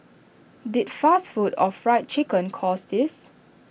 did fast food or Fried Chicken cause this